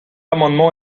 amendement